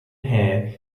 hair